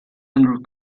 under